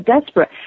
desperate